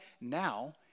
now